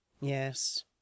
Yes